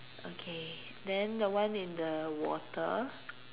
okay then the one in the water